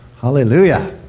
Hallelujah